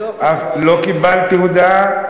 לא קיבלתי הודעה.